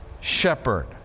shepherd